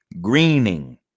greening